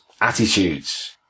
attitudes